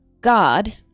god